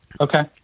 Okay